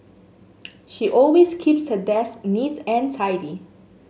she always keeps her desk neat and tidy